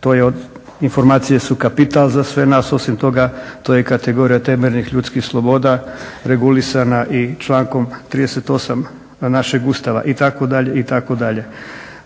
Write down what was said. To je, informacije su kapital za sve nas. Osim toga, to je kategorija temeljnih ljudskih sloboda regulisana i člankom 38. našeg Ustava itd. itd.